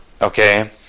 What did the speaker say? Okay